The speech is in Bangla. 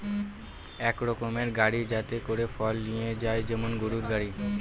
এক রকমের গাড়ি যাতে করে ফল নিয়ে যায় যেমন গরুর গাড়ি